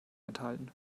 enthalten